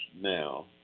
now